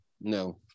No